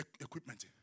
equipment